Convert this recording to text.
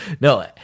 no